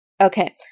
Okay